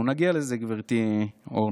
אנחנו נגיע לזה, גברתי אורנה.